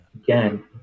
again